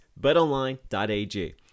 betonline.ag